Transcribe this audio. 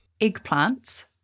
Eggplants